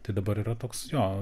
tai dabar yra toks jo